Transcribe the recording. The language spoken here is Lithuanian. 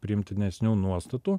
priimtinesnių nuostatų